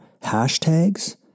hashtags